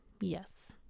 Yes